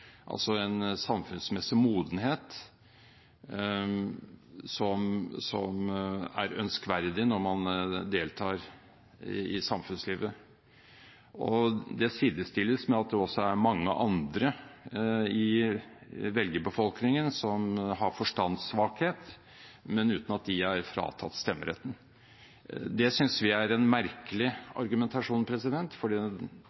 altså en samfunnsmessig modenhet som er ønskverdig når man deltar i samfunnslivet. Det sidestilles med at det også er mange andre i velgerbefolkningen som har forstandssvakhet uten at de er fratatt stemmeretten. Det synes vi er en